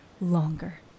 longer